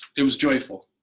it was joyful.